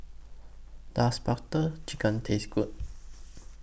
Does Butter Chicken Taste Good